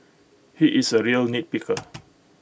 he is A real nitpicker